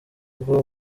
ngo